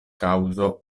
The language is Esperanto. kaŭzo